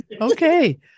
okay